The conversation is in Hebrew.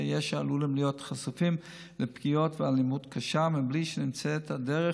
ישע עלולים להיות חשופים לפגיעות ולאלימות קשה בלי שנמצאת הדרך